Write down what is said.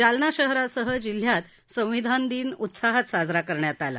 जालना शहरासह जिल्ह्यात संविधान दिन उत्साहात साजरा करण्यात आला